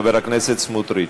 חבר הכנסת סמוטריץ.